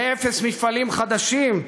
מאפס מפעלים חדשים?